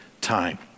time